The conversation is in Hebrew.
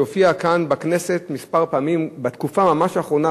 שהופיעו כאן בכנסת כמה פעמים ממש בתקופה האחרונה,